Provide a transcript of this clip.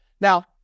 Now